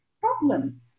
problem